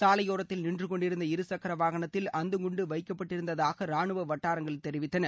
சாலையோரத்தில் நின்றுக்கொண்டிருந்த இருசக்கர வாகனத்தில் அந்த குண்டு வைக்கப்பட்டிருந்ததாக ராணுவ வட்டாரங்கள் தெரிவித்தன